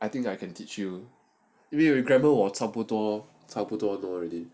I think I can teach you 因为我 grammer 差不多差不多 already